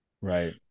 right